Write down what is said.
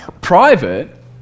private